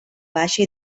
baixa